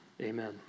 Amen